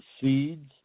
seeds